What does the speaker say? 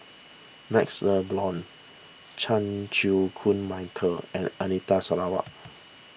MaxLe Blond Chan Chew Koon Michael and Anita Sarawak